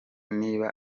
niba